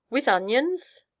with onions!